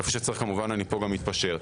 איפה שצריך כמובן אני גם מתפשר.